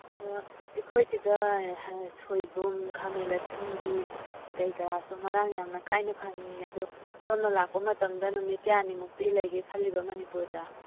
ꯍꯣꯏ ꯑꯩꯈꯣꯏ ꯁꯤꯗ ꯁꯣꯏꯕꯨꯝ ꯈꯥꯃꯦꯟ ꯑꯁꯤꯟꯕꯤ ꯀꯔꯤ ꯀꯔꯥꯁꯨ ꯃꯔꯥꯡ ꯌꯥꯝꯅ ꯀꯥꯏꯅ ꯐꯪꯏ ꯑꯗꯨ ꯁꯣꯝꯅ ꯂꯥꯛꯄ ꯃꯇꯝꯗ ꯅꯨꯃꯤꯠ ꯀꯌꯥꯅꯤꯃꯨꯛꯇꯤ ꯂꯩꯒꯦ ꯈꯜꯂꯤꯕ ꯃꯅꯤꯄꯨꯔꯗ